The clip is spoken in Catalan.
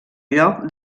lloc